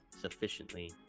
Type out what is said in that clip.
sufficiently